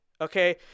okay